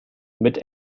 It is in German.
mit